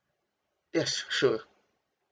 yes sure